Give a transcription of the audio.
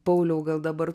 pauliau gal dabar